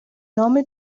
نام